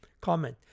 Comment